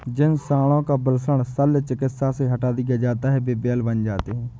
जिन साँडों का वृषण शल्य चिकित्सा से हटा दिया जाता है वे बैल बन जाते हैं